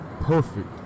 Perfect